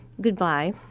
Goodbye